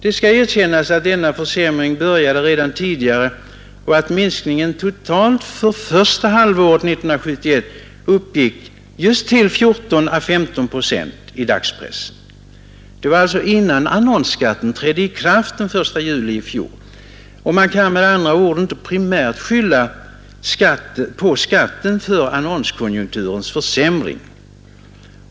Det skall erkännas att denna försämring började redan tidigare och att minskningen totalt för första halvåret 1971 uppgick just till 14—15 procent i dagspressen. Detta var alltså innan annonsskatten trädde i kraft den 1 juli i fjol. Man kan med andra ord inte primärt skylla annonskonjunkturens försämring på skatten.